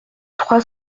trois